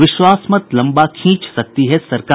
विश्वासमत लम्बा खींच सकती है सरकार